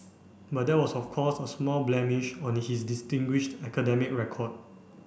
but that was of course a small blemish on his distinguished academic record